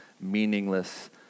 meaningless